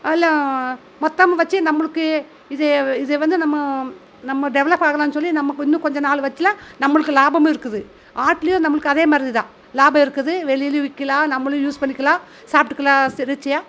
இல்லை மொத்தமும் வச்சி நம்மளுக்கு இது இத வந்து நம்ம நம்ம டெவலப் ஆகலான்னு சொல்லி நமக்கு இன்னும் கொஞ்சம் நாள் வச்சிலாம் நம்மளுக்கு லாபமும் இருக்குது ஆட்டிலையே நம்ளுக்கு அதே மாதிரிதான் லாபம் இருக்குது வெளிலேயும் விற்கிலாம் நம்மளும் யூஸ் பண்ணிக்கலாம் சாப்பிடுக்கலாம் இறைச்சியா